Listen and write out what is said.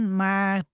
maar